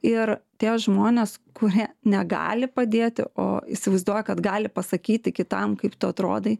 ir tie žmonės kurie negali padėti o įsivaizduoja kad gali pasakyti kitam kaip tu atrodai